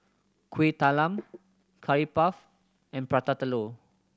Kueh Talam Curry Puff and Prata Telur